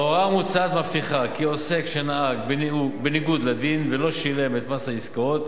ההוראה המוצעת מבטיחה כי עוסק שנהג בניגוד לדין ולא שילם את מס העסקאות